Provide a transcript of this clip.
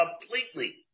completely